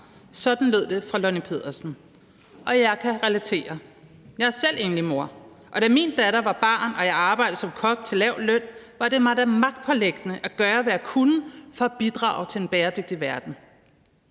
Sådan lød det fra Lonnie Pedersen, og jeg kan relatere til det. Jeg er selv enlig mor, og da min datter var barn og jeg arbejdede som kok til en lav løn, var det mig da magtpåliggende at gøre, hvad jeg kunne, for at bidrage til en bæredygtig verden.